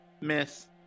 Miss